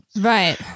Right